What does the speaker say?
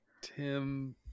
Tim